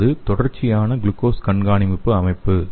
அடுத்தது தொடர்ச்சியான குளுக்கோஸ் கண்காணிப்பு அமைப்பு